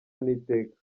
n’iteka